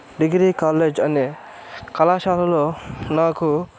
degree college అనే కళాశాలలో నాకు